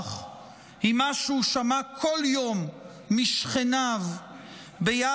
בנוח עם מה שהוא שמע כל יום משכניו ביחס